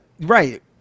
right